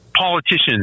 Politicians